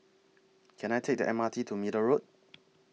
Can I Take The M R T to Middle Road